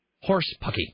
horse-pucky